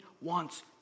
wants